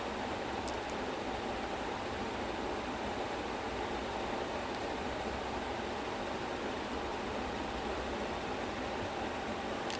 because like each of them on their own they are doing their own thing like spiderman like I did not expect spiderman to ever turn up in the Marvel movie but then he did